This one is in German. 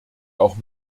auch